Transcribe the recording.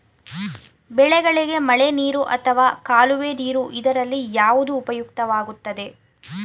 ಬೆಳೆಗಳಿಗೆ ಮಳೆನೀರು ಅಥವಾ ಕಾಲುವೆ ನೀರು ಇದರಲ್ಲಿ ಯಾವುದು ಉಪಯುಕ್ತವಾಗುತ್ತದೆ?